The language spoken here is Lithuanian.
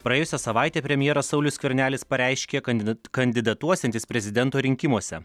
praėjusią savaitę premjeras saulius skvernelis pareiškė kandida kandidatuosiantis prezidento rinkimuose